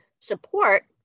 support